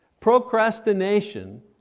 Procrastination